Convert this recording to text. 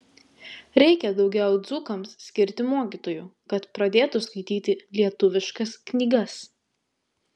reikia daugiau dzūkams skirti mokytojų kad pradėtų skaityti lietuviškas knygas